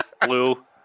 blue